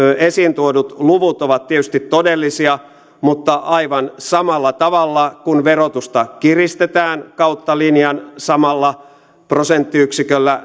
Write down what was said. esiin tuodut luvut ovat tietysti todellisia mutta aivan samalla tavalla kun verotusta kiristetään kautta linjan samalla prosenttiyksiköllä